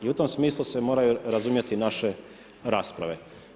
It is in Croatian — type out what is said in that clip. I u tom smislu se moraju razumjeti naše rasprave.